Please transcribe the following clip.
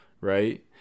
right